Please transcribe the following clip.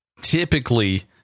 typically